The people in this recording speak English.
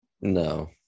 No